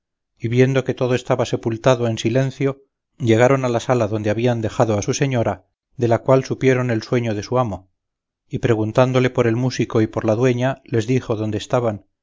y viendo que todo estaba sepultado en silencio llegaron a la sala donde habían dejado a su señora de la cual supieron el sueño de su amo y preguntándole por el músico y por la dueña les dijo dónde estaban